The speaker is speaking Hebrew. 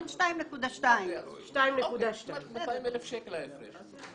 2.2. 200,000 שקל, ההפרש,